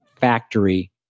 factory